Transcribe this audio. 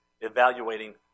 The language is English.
evaluating